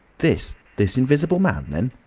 this, this invisible man, then?